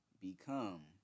Become